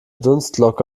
dunstglocke